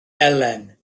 elen